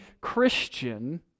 Christian